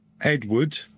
Edward